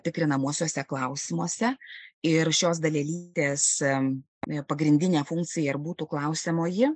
tikrinamuosiuose klausimuose ir šios dalelytės pagrindinė funkcija ir būtų klausiamoji